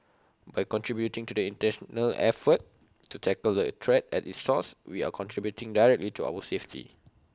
by contributing to the International effort to tackle the threat at its source we are contributing directly to our safety